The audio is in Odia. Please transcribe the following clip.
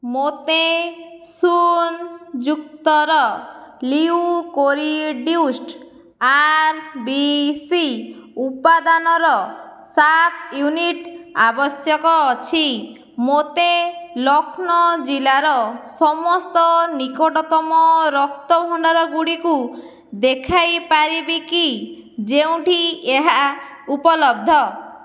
ମୋତେ ଶୂନ ଯୁକ୍ତର ଲିଉକୋରିଡ୍ୟୁସ୍ଡ଼୍ ଆର୍ ବି ସି ଉପାଦାନର ସାତ ୟୁନିଟ୍ ଆବଶ୍ୟକ ଅଛି ମୋତେ ଲକ୍ଷ୍ନୌ ଜିଲ୍ଲାର ସମସ୍ତ ନିକଟତମ ରକ୍ତ ଭଣ୍ଡାର ଗୁଡ଼ିକୁ ଦେଖାଇପାରିବି କି ଯେଉଁଠି ଏହା ଉପଲବ୍ଧ